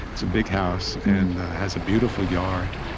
it's a big house and has a beautiful yard.